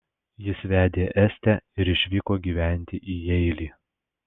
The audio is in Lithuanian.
jis vedė estę ir išvyko gyventi į jeilį